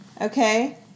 okay